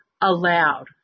aloud